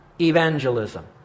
evangelism